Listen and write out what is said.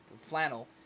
flannel